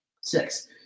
Six